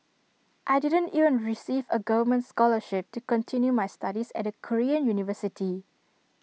I didn't even receive A government scholarship to continue my studies at A Korean university